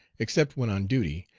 except when on duty,